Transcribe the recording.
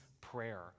prayer